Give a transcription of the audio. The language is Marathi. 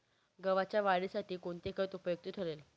गव्हाच्या वाढीसाठी कोणते खत उपयुक्त ठरेल?